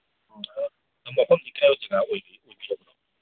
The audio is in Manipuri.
ꯃꯐꯝꯗꯤ ꯀꯔꯥꯏꯋꯥꯏ ꯖꯒꯥ ꯑꯣꯏꯕꯤꯔꯝꯅꯣ